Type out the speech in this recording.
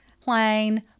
plain